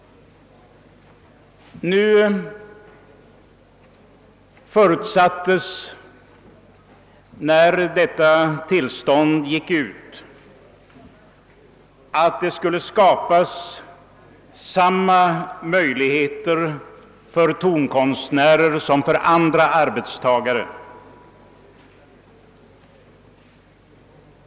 Nu förutsattes när aktuella tillstånd utlöpt att samma möjligheter att söka arbete skulle skapas för tonkonstnärer som gäller för andra arbetstagare.